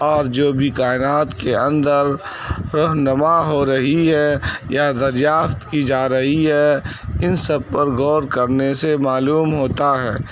اور جو بھی کائنات کے اندر رہنما ہو رہی ہے یا دریافت کی جا رہی ہے ان سب پر غور کرنے سے معلوم ہوتا ہے